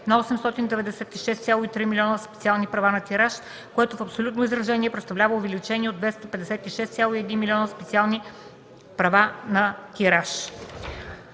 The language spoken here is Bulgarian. на 896,3 милиона специални права на тираж, което в абсолютно изражение представлява увеличение от 256,1 милиона специални права на тираж.